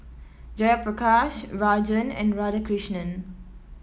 Jayaprakash Rajan and Radhakrishnan